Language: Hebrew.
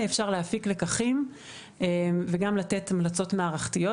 אפשר להפיק לקחים וגם לתת המלצות מערכתיות,